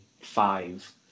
five